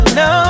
no